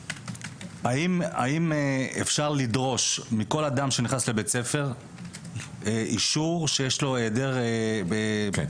האם אפשר לדרוש מכל אדם שנכנס לבית ספר אישור שיש לו היעדר --- כן.